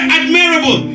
admirable